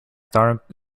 dark